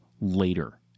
later